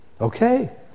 okay